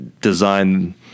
design